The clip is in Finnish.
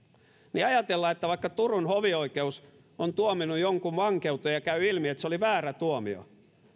niin ajatellaan että vaikka turun hovioikeus on tuominnut jonkun vankeuteen ja käy ilmi että se oli väärä tuomio